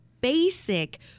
basic